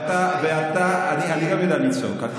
ואתה, חד-משמעית, גם אני יודע לצעוק.